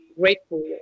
grateful